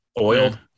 oiled